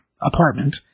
apartment